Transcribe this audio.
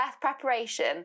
preparation